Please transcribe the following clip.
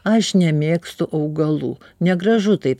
aš nemėgstu augalų negražu taip